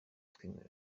tutemera